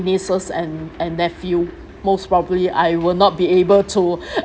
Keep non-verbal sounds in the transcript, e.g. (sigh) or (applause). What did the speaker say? nieces and and nephew most probably I will not be able to (breath)